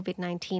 COVID-19